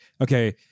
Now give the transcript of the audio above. okay